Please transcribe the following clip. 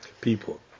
people